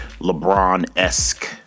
lebron-esque